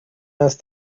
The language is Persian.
است